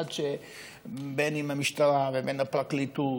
ובין המשטרה ובין הפרקליטות,